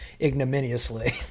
ignominiously